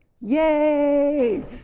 Yay